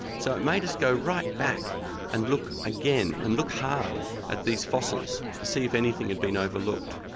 so it made us go right back and look again and look hard at these fossils to see if anything had been overlooked,